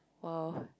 !wow!